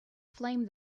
flame